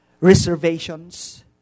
reservations